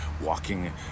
walking